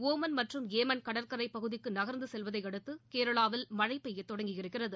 Oman மற்றும் Yemen கடற்கரை பகுதிக்கு நகர்ந்து செல்வதையடுத்து கேரளாவில் மழழ பெய்யத் தொடங்கியிருக்கிறது